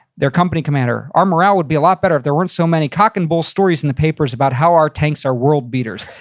their company commander, our morale would be a lot better if there weren't so many cock and bull stories in the papers about how our tanks are world beaters.